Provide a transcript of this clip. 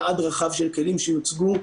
יש מנעד רחב של כלים שיוצגו,